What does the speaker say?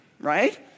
right